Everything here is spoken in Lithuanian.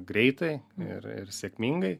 greitai ir ir sėkmingai